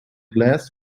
glass